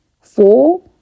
four